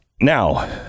Now